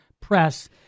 Press